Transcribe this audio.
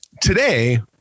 today